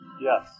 yes